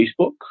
Facebook